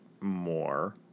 more